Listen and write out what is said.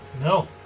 No